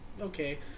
Okay